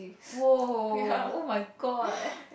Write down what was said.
!woah! oh-my-god